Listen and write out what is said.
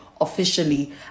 officially